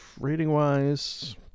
rating-wise